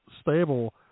stable